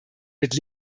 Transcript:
mit